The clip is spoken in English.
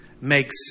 makes